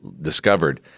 discovered